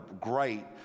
great